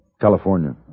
California